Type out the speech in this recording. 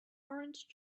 orange